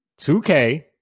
2K